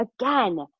again